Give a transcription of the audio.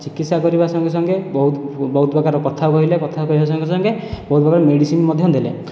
ଚିକିତ୍ସା କରିବା ସଙ୍ଗେ ସଙ୍ଗେ ବହୁତ ବହୁତ ପ୍ରକାର କଥା କହିଲେ କଥା କହିବା ସଙ୍ଗେ ସଙ୍ଗେ ବହୁତ ପ୍ରକାର ମେଡ଼ିସିନ ମଧ୍ୟ ଦେଲେ